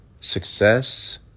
Success